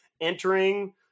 entering